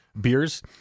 beers